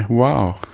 wow,